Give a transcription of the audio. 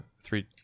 three